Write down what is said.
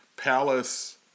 Palace